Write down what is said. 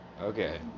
Okay